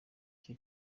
cyo